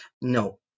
No